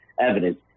evidence